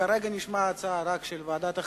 כרגע נשמעה רק ההצעה של ועדת החינוך.